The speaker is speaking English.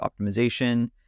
optimization